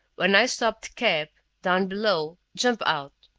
when i stop the cab, down below, jump out.